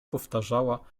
powtarzała